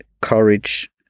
courage